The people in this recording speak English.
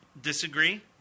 disagree